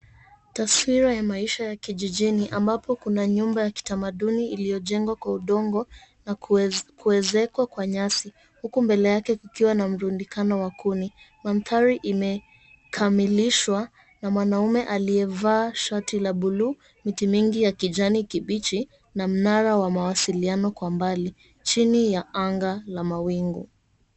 Taswira ya maisha ya kijijini ambapo kuna nyumba ya kitamaduni iliyojegwa kwa udongo, na kuezekwa kwa nyasi huku mbele yake kukiwa na mrundikano wa kuni, mandhari imekamilishwa na mwanume alievaa shati la bluu, miti mingi ya kijani kibichi, na mnara wa mawasiliano kwa mbali chini ya anga la mawingu.